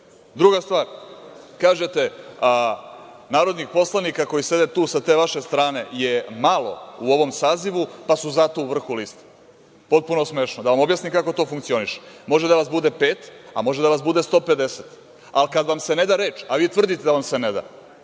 stvar, kažete, narodnih poslanika koji sede tu sa te vaše strane je malo u ovom sazivu, pa su zato u vrhu liste. Potpuno smešno. Da vam objasnim kako to funkcioniše. Može da vas bude pet, a može da vas bude 150, ali kada vam se ne da reč, a vi tvrdite da vam se ne da,